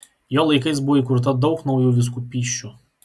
jo laikais buvo įkurta daug naujų vyskupysčių